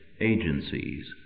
agencies